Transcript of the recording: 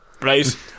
right